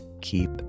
keep